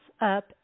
up